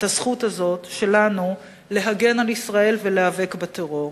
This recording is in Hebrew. הזכות הזאת שלנו להגן על ישראל ולהיאבק בטרור.